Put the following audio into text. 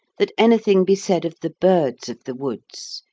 that anything be said of the birds of the woods,